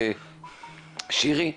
שירי,